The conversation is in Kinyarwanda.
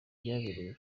byabereye